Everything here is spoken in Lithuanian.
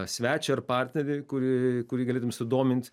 svečią ar partnerį kurį kurį galėtum sudomint